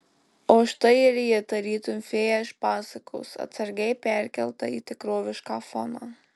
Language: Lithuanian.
o štai ir ji tarytum fėja iš pasakos atsargiai perkelta į tikrovišką foną